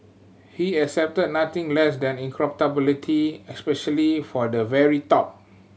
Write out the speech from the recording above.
he accepted nothing less than incorruptibility especially for the very top